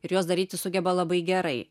ir juos daryti sugeba labai gerai